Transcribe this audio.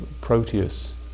proteus